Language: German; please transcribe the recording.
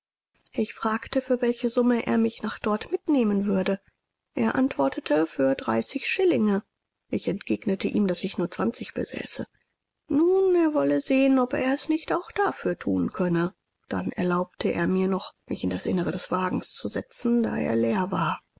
ich fragte für welche summe er mich nach dort mitnehmen würde er antwortete für dreißig schillinge ich entgegnete ihm daß ich nur zwanzig besäße nun er wolle sehen ob er es nicht auch dafür thun könne dann erlaubte er mir noch mich in das innere des wagens zu setzen da er leer war